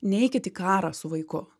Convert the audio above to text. neikit į karą su vaiku